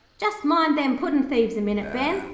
just mind them puddin'-thieves a minute, ben,